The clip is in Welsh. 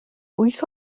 wyth